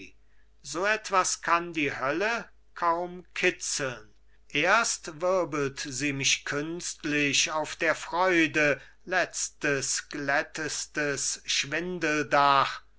so etwas kann die hölle kaum kützeln erst wirbelt sie mich künstlich auf der freude letztes glättestes